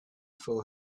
for